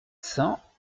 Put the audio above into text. cents